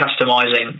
customizing